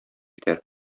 итәр